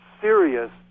serious